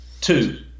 Two